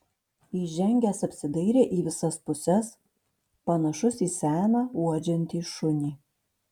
įžengęs apsidairė į visas puses panašus į seną uodžiantį šunį